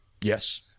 yes